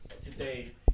today